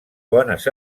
bones